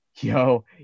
yo